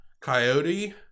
Coyote